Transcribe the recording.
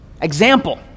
Example